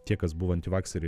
tie kas buvo antivakseriai